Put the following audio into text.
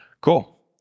Cool